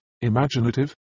imaginative